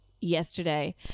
yesterday